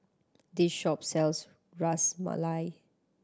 this shop sells Ras Malai